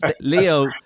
Leo